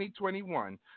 2021